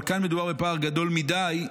אבל כאן מדובר בפער גדול מדי,